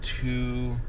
two